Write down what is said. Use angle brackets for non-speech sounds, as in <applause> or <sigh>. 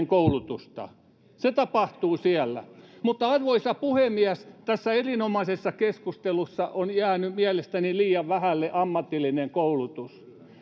<unintelligible> koulutusta se tapahtuu siellä arvoisa puhemies tässä erinomaisessa keskustelussa on jäänyt mielestäni liian vähälle ammatillinen koulutus